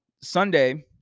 Sunday